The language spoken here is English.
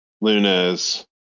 Lunas